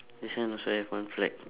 this one also have one flag